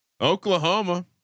Oklahoma